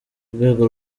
rwego